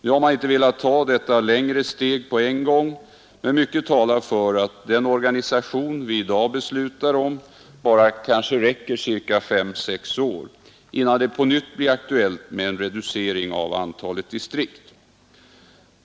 Nu har man inte velat ta detta längre steg på en gång, men mycket talar för att den organisation vi i dag beslutar om bara kanske räcker fem sex år innan det på nytt blir aktuellt med en reducering av antalet distrikt.